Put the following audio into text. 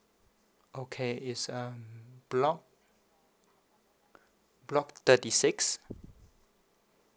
okay it's um block block thirty six